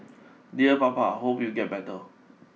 dear Papa hope you get better